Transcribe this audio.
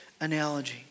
analogy